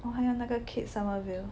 哇还有那个 Kate Sommerville